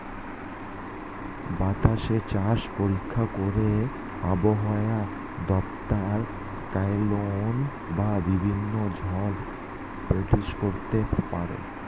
বাতাসে চাপ পরীক্ষা করে আবহাওয়া দপ্তর সাইক্লোন বা বিভিন্ন ঝড় প্রেডিক্ট করতে পারে